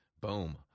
Boom